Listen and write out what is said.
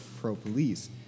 pro-police